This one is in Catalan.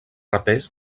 rapers